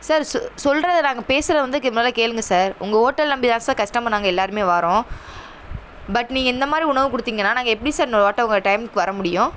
sir ஸ் சொல்கிறத நாங்கள் பேசுறது வந்து கெ மொதல் கேளுங்க சார் உங்கள் ஓட்டல் நம்பி தான் சார் கஸ்டமர் நாங்கள் எல்லாேருமே வரோம் பட் நீங்கள் இந்த மாதிரி உணவு கொடுத்தீங்கன்னா நாங்கள் எப்படி சார் இன்னொரு வாட்டம் உங்கள் டைமுக்கு வர முடியும்